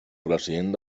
president